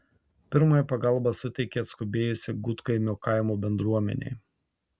pirmąją pagalbą suteikė atskubėjusi gudkaimio kaimo bendruomenė